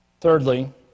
Thirdly